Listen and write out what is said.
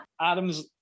Adam's